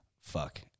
Fuck